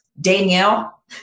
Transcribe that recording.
Danielle